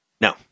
No